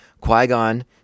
Qui-Gon